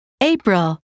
April